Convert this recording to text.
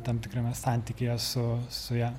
tam tikrame santykyje su su ja